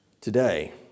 today